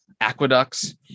aqueducts